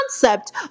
concept